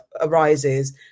arises